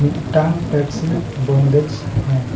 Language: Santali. ᱢᱤᱫᱴᱟᱝ ᱴᱮᱠᱥᱤ ᱵᱚᱱᱫᱮᱡᱽ ᱢᱮ